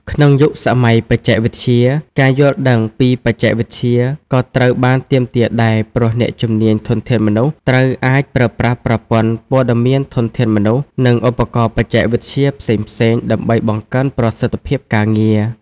ក្នុងយុគសម័យបច្ចេកវិទ្យា ការយល់ដឹងពីបច្ចេកវិទ្យា ក៏ត្រូវបានទាមទារដែរ ព្រោះអ្នកជំនាញ ធនធានមនុស្ស ត្រូវអាចប្រើប្រាស់ប្រព័ន្ធព័ត៌មានធនធានមនុស្ស និងឧបករណ៍បច្ចេកវិទ្យាផ្សេងៗ ដើម្បីបង្កើនប្រសិទ្ធភាពការងារ។